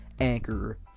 Anchor